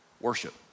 worship